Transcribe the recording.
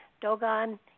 Dogon